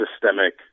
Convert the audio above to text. systemic